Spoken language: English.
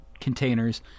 containers